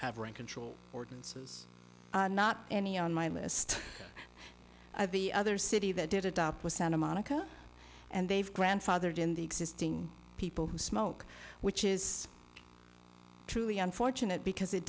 have run control ordinances not any on my list of the other city that did adopt with santa monica and they've grandfathered in the existing people who smoke which is truly unfortunate because it